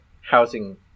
housing